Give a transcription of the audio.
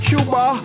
Cuba